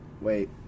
Wait